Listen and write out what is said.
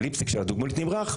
הליפסטיק של הדוגמנית נמרח,